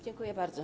Dziękuję bardzo.